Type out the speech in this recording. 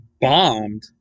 bombed